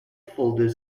folded